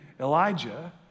Elijah